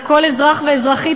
לכל אזרח ואזרחית,